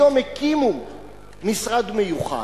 היום הקימו משרד מיוחד,